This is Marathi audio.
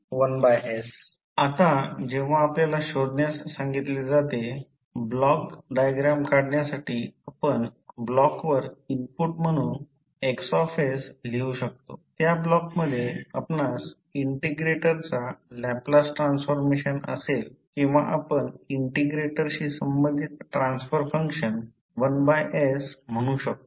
आता जेव्हा आपल्याला शोधण्यास सांगितले जाते ब्लॉक डायग्राम काढण्यासाठी आपण ब्लॉकवर इनपुट म्हणून X लिहू शकतो त्या ब्लॉकमध्ये आपणास इंटिग्रेटरचा लॅपलास ट्रान्सफॉर्मेशन असेल किंवा आपण इंटिग्रेटरशी संबंधित ट्रान्सफर फंक्शन 1s म्हणू शकतो